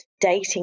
dating